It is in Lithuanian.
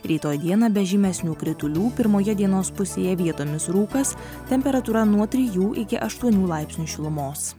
ryto dieną be žymesnių kritulių pirmoje dienos pusėje vietomis rūkas temperatūra nuo trijų iki aštuonių laipsnių šilumos